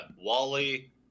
wally